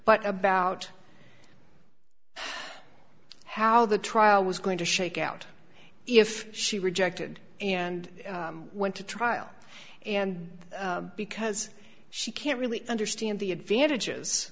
but about how the trial was going to shake out if she rejected and went to trial and because she can't really understand the advantages